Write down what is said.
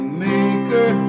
maker